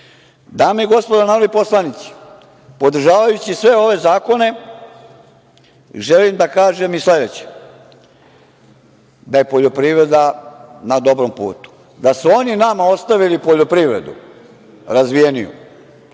nisu. Dame i gospodo narodni poslanici, podržavajući sve ove zakone, želim da kažem i sledeće - da je poljoprivreda na dobrom putu. Da su oni nama ostavili poljoprivredu razvijeniju,